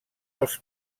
els